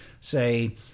say